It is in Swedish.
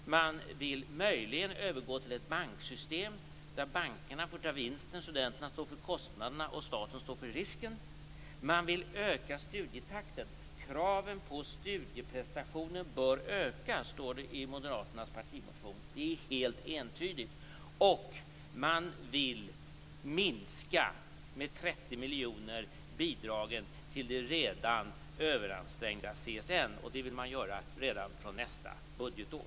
Man vill möjligen övergå till ett banksystem där bankerna får ta hand om vinsten, studenterna får stå för kostnaderna och staten står för risken. Man vill öka studietakten. Det står i moderaternas partimotion att kraven på studieprestationen bör öka. Det är helt entydigt. Man vill också med 30 miljoner kronor minska bidraget till det redan överansträngda CSN, och det vill man göra redan från nästa budgetår.